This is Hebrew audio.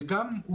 וגם,